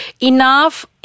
enough